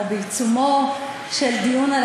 או בעיצומו של דיון,